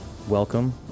Welcome